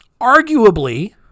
Arguably